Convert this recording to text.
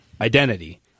Identity